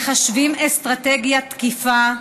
מחשבים אסטרטגיית תקיפה.